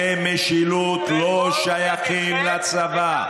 איציק שמולי, חוקי משילות לא שייכים לצבא.